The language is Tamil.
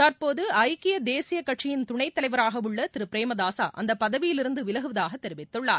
தற்போது ஐக்கிய தேசிய கட்சியிள் துணைத்தலைவராக உள்ள திரு பிரேமதாசா அந்த பதவியிலிருந்து விலகுவதாக தெரிவித்துள்ளார்